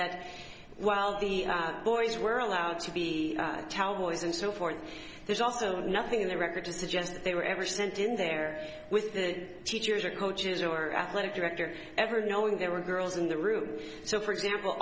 that while the boys were allowed to be tell boys and so forth there's also nothing in the record to suggest that they were ever sent in there with the teachers or coaches or athletic director ever knowing there were girls in the room so for example